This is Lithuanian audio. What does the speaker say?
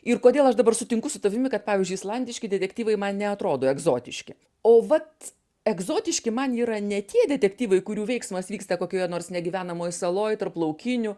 ir kodėl aš dabar sutinku su tavimi kad pavyzdžiui islandiški detektyvai man neatrodo egzotiški o vat egzotiški man yra ne tie detektyvai kurių veiksmas vyksta kokioje nors negyvenamoj saloj tarp laukinių